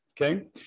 Okay